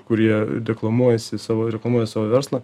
kurie reklamuojasi savo reklamuoja savo verslą